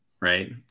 right